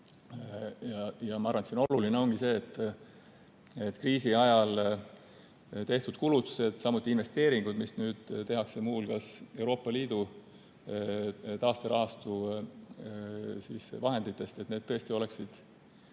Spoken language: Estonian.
Ma arvan, et oluline on see, et kriisi ajal tehtud kulutused, samuti investeeringud, mis tehakse muu hulgas Euroopa Liidu taasterahastu vahenditest, oleksid